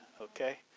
okay